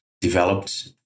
developed